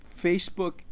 facebook